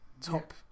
top